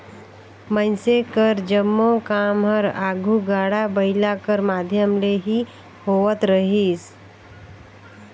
मइनसे कर जम्मो काम हर आघु गाड़ा बइला कर माध्यम ले ही होवत रहिस